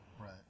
right